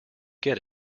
get